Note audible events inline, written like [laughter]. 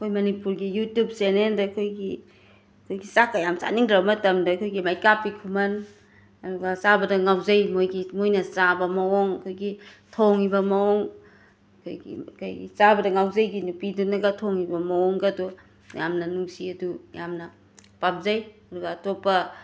ꯑꯩꯈꯣꯏ ꯃꯅꯤꯄꯨꯔꯒꯤ ꯌꯨꯇꯨꯕ ꯆꯦꯅꯦꯜꯗ ꯑꯩꯈꯣꯏꯒꯤ ꯆꯥꯛꯀ ꯌꯥꯝ ꯆꯥꯅꯤꯡꯗ꯭ꯔ ꯃꯇꯝꯗ ꯑꯩꯈꯣꯏꯒꯤ ꯃꯩꯀꯥꯞꯄꯤ ꯈꯨꯃꯟ ꯑꯗꯨꯒ ꯆꯥꯕꯗ ꯉꯥꯎꯖꯩ ꯃꯣꯏꯒꯤ ꯃꯣꯏꯅ ꯆꯥꯕ ꯃꯋꯣꯡ ꯑꯩꯈꯣꯏꯒꯤ ꯊꯣꯡꯉꯤꯕ ꯃꯋꯣꯡ [unintelligible] ꯆꯥꯕꯒꯤ ꯉꯥꯎꯖꯩꯒꯤ ꯅꯨꯄꯤꯗꯨꯅꯒ ꯊꯣꯡꯉꯤꯕ ꯃꯋꯣꯡꯒꯗꯣ ꯌꯥꯝꯅ ꯅꯨꯡꯁꯤ ꯑꯗꯨ ꯌꯥꯝꯅ ꯄꯥꯝꯖꯩ ꯑꯗꯨꯒ ꯑꯇꯣꯞꯄ